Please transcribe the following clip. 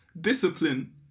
discipline